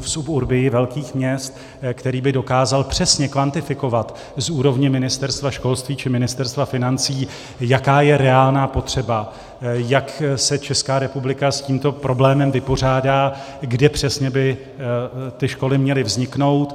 v suburbii velkých měst, který by dokázal přesně kvantifikovat z úrovně Ministerstva školství či Ministerstva financí, jaká je reálná potřeba, jak se Česká republika s tímto problémem vypořádá, kde přesně by ty školy měly vzniknout.